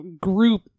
group